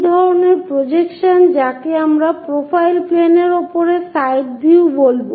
এই ধরনের প্রজেকশন যাকে আমরা প্রোফাইল প্লেনের উপর সাইড ভিউ বলব